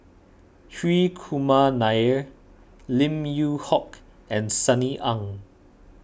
Hri Kumar Nair Lim Yew Hock and Sunny Ang